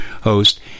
host